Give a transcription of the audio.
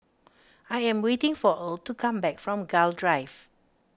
I am waiting for Erle to come back from Gul Drive